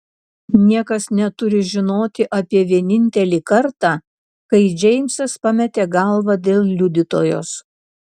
niekas neturi žinoti apie vienintelį kartą kai džeimsas pametė galvą dėl liudytojos